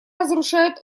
разрушает